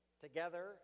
together